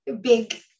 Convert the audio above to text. big